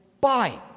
buying